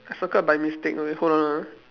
I circled by mistake okay hold on ah